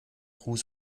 ruß